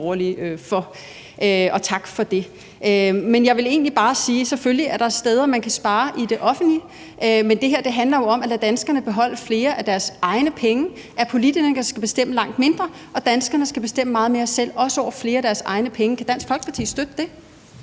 og tak for det. Men jeg vil egentlig bare sige, at selvfølgelig er der steder, man kan spare i det offentlige, men det her handler jo om at lade danskerne beholde flere af deres egne penge – at politikerne skal bestemme langt mindre og danskerne skal bestemme meget mere selv, også over flere af deres egne penge. Kan Dansk Folkeparti støtte det?